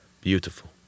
Beautiful